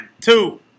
two